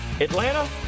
Atlanta